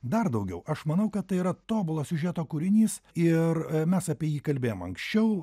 dar daugiau aš manau kad tai yra tobulo siužeto kūrinys ir mes apie jį kalbėjom anksčiau